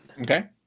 Okay